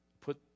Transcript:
put